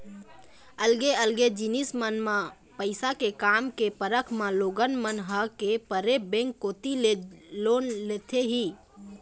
अलगे अलगे जिनिस मन म पइसा के काम के परब म लोगन मन ह के परे बेंक कोती ले लोन लेथे ही